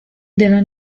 della